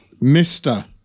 mister